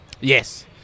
yes